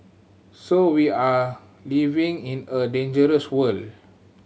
so we are living in a dangerous world